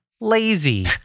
lazy